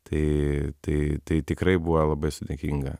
tai tai tai tikrai buvo labai sudėtinga